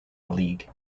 league